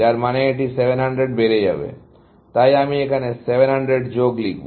তাই আমি এখানে 700 যোগ লিখব